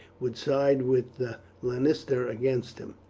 would side with the lanista against him.